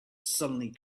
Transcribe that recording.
suddenly